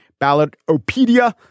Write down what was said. Ballotopedia